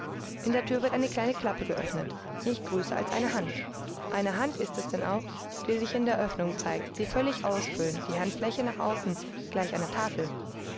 in der tür wird eine kleine klappe geöffnet nicht größer als eine hand eine hand ist es denn auch die sich in der öffnung zeigt sie völlig ausfüllend die handfläche nach außen gleich einer tafel